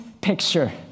picture